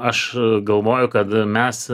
aš galvoju kad mes